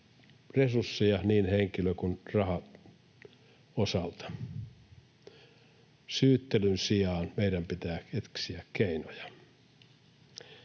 resursseja niin henkilöiden kun rahan osalta. Syyttelyn sijaan meidän pitää etsiä keinoja.